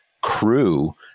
crew